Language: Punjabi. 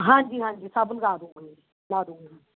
ਹਾਂਜੀ ਹਾਂਜੀ ਸਭ ਨੂੰ ਲਾ ਦੂੰਗੇ ਲਾ ਦੂੰਗੇ ਜੀ